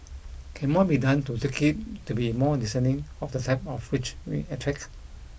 can more be done to tweak it to be more discerning of the type of rich we attract